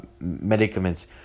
medicaments